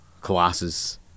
colossus